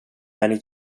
many